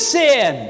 sin